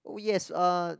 oh yes uh